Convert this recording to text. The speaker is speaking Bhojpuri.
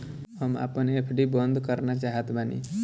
हम आपन एफ.डी बंद करना चाहत बानी